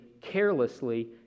carelessly